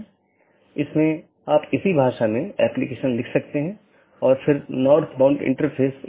इसलिए इसमें केवल स्थानीय ट्रैफ़िक होता है कोई ट्रांज़िट ट्रैफ़िक नहीं है